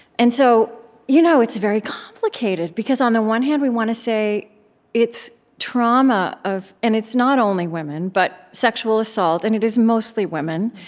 and so you know it's very complicated, because on the one hand, we want to say it's trauma of and it's not only women, but sexual assault, and it is mostly women,